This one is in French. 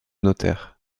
notaire